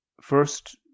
First